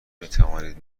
میتوانید